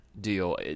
deal